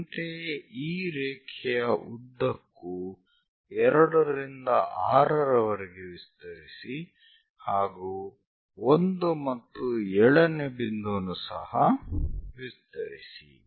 ಅಂತೆಯೇ ಈ ರೇಖೆಯ ಉದ್ದಕ್ಕೂ 2 ರಿಂದ 6 ರವರೆಗೆ ವಿಸ್ತರಿಸಿ ಹಾಗೂ 1 ಮತ್ತು 7 ನೇ ಬಿಂದುವನ್ನು ಸಹ ವಿಸ್ತರಿಸಿ